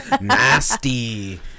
Nasty